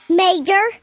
major